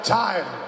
time